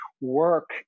work